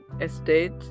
estate